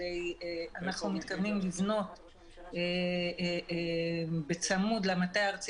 אנחנו מתכוונים לבנות בצמוד למטה הארצי